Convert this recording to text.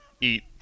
eat